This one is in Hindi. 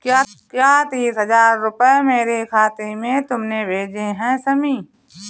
क्या तीस हजार रूपए मेरे खाते में तुमने भेजे है शमी?